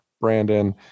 brandon